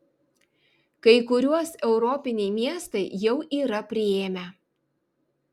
kai kuriuos europiniai miestai jau yra priėmę